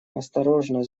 осторожно